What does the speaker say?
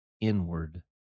inward